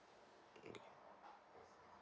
okay